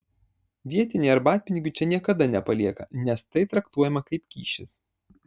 vietiniai arbatpinigių čia niekada nepalieka nes tai traktuojama kaip kyšis